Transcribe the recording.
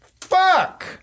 Fuck